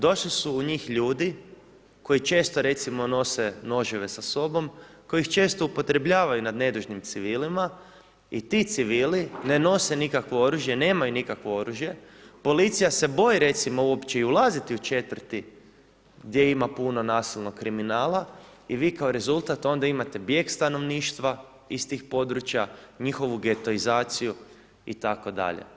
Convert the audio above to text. Došli su u njih ljudi koji često recimo nose noževe sa sobom, koji ih često upotrebljavaju nad nedužnim civilima i ti civili ne nose nikakvo oružje, nemaju nikakvo oružje, policija se boji recimo uopće i ulaziti u četvrti gdje ima puno nasilnog kriminala i vi kao rezultat onda imate bijeg stanovništva iz tih područja, njihovu getoizaciju itd.